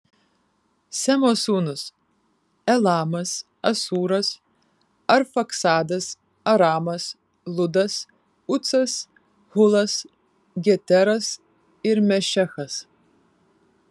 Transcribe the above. semo sūnūs elamas asūras arfaksadas aramas ludas ucas hulas geteras ir mešechas